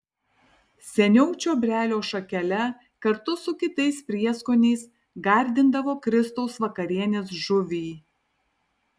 seniau čiobrelio šakele kartu su kitais prieskoniais gardindavo kristaus vakarienės žuvį